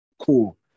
Cool